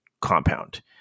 compound